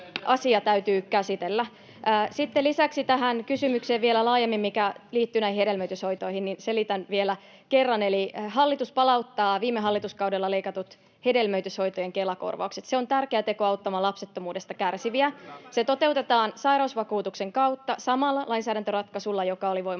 asia täytyy käsitellä. Sitten lisäksi vielä laajemmin tähän kysymykseen, mikä liittyi hedelmöityshoitoihin, selitän vielä kerran: Eli hallitus palauttaa viime hallituskaudella leikatut hedelmöityshoitojen Kela-korvaukset. Se on tärkeä teko auttamaan lapsettomuudesta kärsiviä. Se toteutetaan sairausvakuutuksen kautta samalla lainsäädäntöratkaisulla, joka oli voimassa